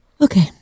Okay